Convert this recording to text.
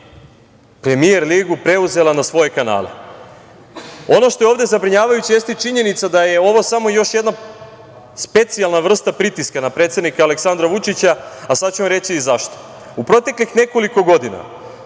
Premijer ligu preuzela na svoje kanale. Ono što je ovde zabrinjavajuće jeste činjenica da je ovo samo još jedna specijalna vrsta pritiska na predsednika Aleksandra Vučića, a sad ću vam reći i zašto. U proteklih nekoliko godina,